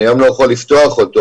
אני היום לא יכול לפתוח אותו.